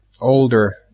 older